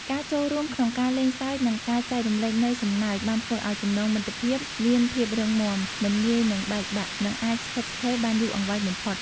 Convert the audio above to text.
ការចូលរួមក្នុងការលេងសើចនិងការចែករំលែកនូវសំណើចបានធ្វើឱ្យចំណងមិត្តភាពមានភាពរឹងមាំ មិនងាយនឹងបែកបាក់ និងអាចស្ថិតស្ថេរបានយូរអង្វែងបំផុត។